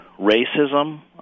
racism